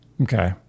okay